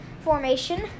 formation